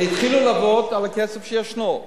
התחילו לעבוד עם הכסף שישנו,